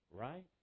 right